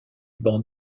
ban